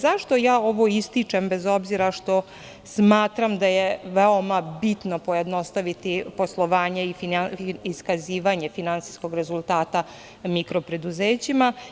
Zašto ja ovo ističem, bez obzira što smatram da je veoma bitno pojednostaviti poslovanje i iskazivanje finansijskog rezultata mikropreduzeća?